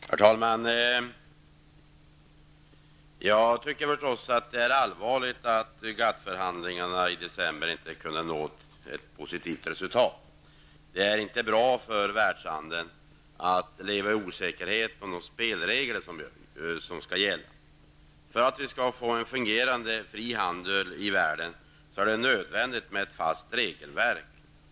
Herr talman! Jag tycker naturligtvis att det är allvarligt att man i GATT-förhandlingarna i december inte kunde nå ett positivt resultat. Det är inte bra för världshandeln när det råder osäkerhet om vilka spelregler som skall gälla. För att få en fungerande fri handel i världen är det nödvändigt att det finns ett fast regelverk.